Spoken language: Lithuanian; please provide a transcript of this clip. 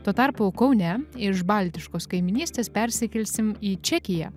tuo tarpu kaune iš baltiškos kaimynystės persikelsim į čekiją